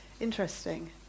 interesting